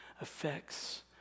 affects